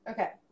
Okay